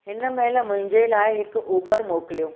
हिन महिल मुंहिंजे लाइ हिकु उबर मोकिलियो